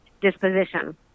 disposition